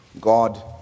God